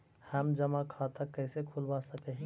हम जमा खाता कैसे खुलवा सक ही?